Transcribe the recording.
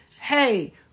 Hey